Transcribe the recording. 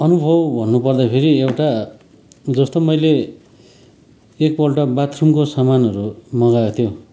अनुभव भन्नुपर्दाखेरि एउटा जस्तो मैले एकपल्ट बाथरूमको सामानहरू मगाएको थियो